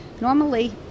Normally